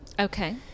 Okay